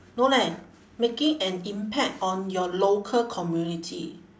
no leh making an impact on your local community